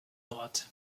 droite